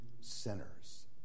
sinners